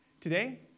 Today